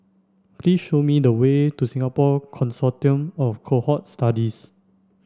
please show me the way to Singapore Consortium of Cohort Studies